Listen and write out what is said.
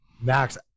Max